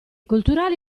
culturali